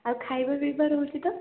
ଆଉ ଖାଇବା ପିଇବା ରହୁଛି ତ